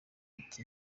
ati